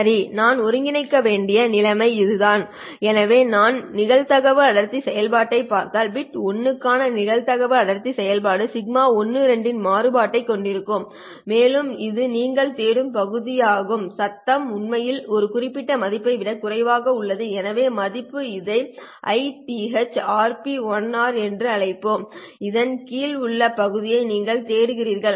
சரி நான் ஒருங்கிணைக்க வேண்டிய நிலைமை இதுதான் எனவே நான் நிகழ்தகவு அடர்த்தி செயல்பாட்டைப் பார்த்தால் பிட் 1 க்கான நிகழ்தகவு அடர்த்தி செயல்பாடு σ12 இன் மாறுபாட்டைக் கொண்டிருக்கும் மேலும் இது நீங்கள் தேடும் பகுதியாகும் சத்தம் உண்மையில் இந்த குறிப்பிட்ட மதிப்பை விட குறைவாக உள்ளது எனவே மதிப்பு இதை என்று அழைப்போம் இதன் கீழ் உள்ள பகுதியை நீங்கள் தேடுகிறீர்கள்